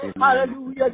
Hallelujah